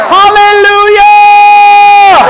hallelujah